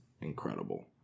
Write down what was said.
incredible